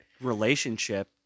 relationship